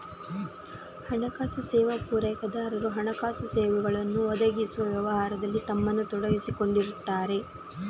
ಹಣಕಾಸು ಸೇವಾ ಪೂರೈಕೆದಾರರು ಹಣಕಾಸು ಸೇವೆಗಳನ್ನ ಒದಗಿಸುವ ವ್ಯವಹಾರದಲ್ಲಿ ತಮ್ಮನ್ನ ತೊಡಗಿಸಿಕೊಂಡಿರ್ತಾರೆ